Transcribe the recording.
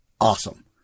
awesome